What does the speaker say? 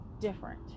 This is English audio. different